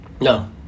No